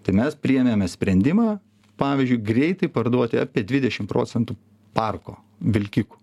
tai mes priėmėme sprendimą pavyzdžiui greitai parduoti apie dvidešim procentų parko vilkikų